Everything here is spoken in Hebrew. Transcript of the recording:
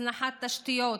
הזנחת תשתיות,